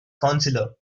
counselor